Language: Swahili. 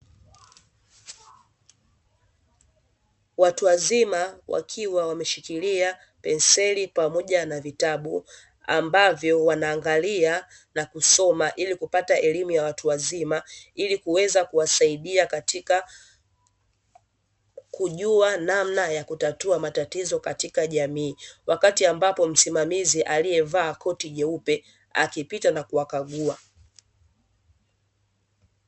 Watu wazima wakiwa wameshikilia penseli pamoja na vitabu, ambavyo wanaangalia na kusoma ili kupata elimu ya watu wazima; ili kuweza kuwasaidia katika kujua namna ya kutatua matatizo katika jamii, wakati ambapo msimamizi aliyevaa koti jeupe akipita na kuwakagua.